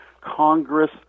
Congress